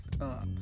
up